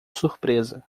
surpresa